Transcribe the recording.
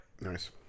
nice